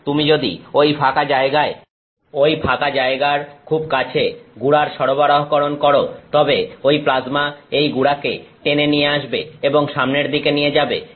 এবং তুমি যদি ওই ফাঁকা জায়গায় ওই ফাঁকা জায়গার খুব কাছে গুড়ার সরবরাহকরণ করো তবে ঐ প্লাজমা এই গুড়াকে টেনে নিয়ে আসবে এবং সামনের দিকে নিয়ে যাবে